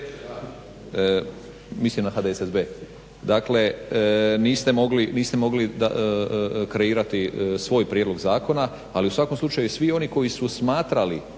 mislim na HDSSB, dakle niste mogli kreirati svoj prijedlog zakona ali u svakom slučaju svi oni koji su smatrali